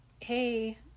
hey